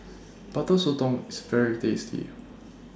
Butter Sotong IS very tasty